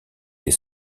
des